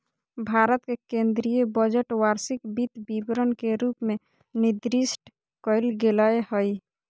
भारत के केन्द्रीय बजट वार्षिक वित्त विवरण के रूप में निर्दिष्ट कइल गेलय हइ